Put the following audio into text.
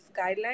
guidelines